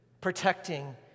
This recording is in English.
protecting